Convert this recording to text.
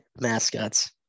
mascots